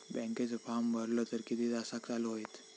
बँकेचो फार्म भरलो तर किती तासाक चालू होईत?